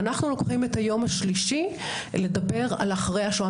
ואנחנו לוקחים את היום השלישי לדבר על אחרי השואה,